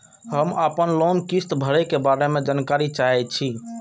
हम आपन लोन किस्त भरै के बारे में जानकारी चाहै छी?